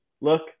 look